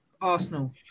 Arsenal